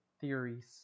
theories